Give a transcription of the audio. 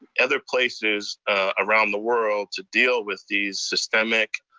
other places around the world to deal with these systemic,